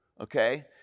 Okay